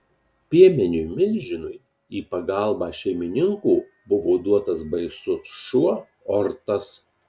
piemeniui milžinui į pagalbą šeimininko buvo duotas baisus šuo ortas